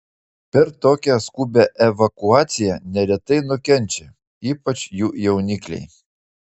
per tokią skubią evakuaciją neretai nukenčia ypač jų jaunikliai